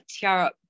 Tiara